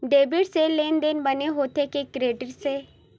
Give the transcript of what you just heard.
Debit से लेनदेन बने होथे कि क्रेडिट से?